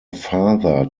father